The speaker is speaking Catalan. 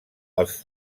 els